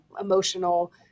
emotional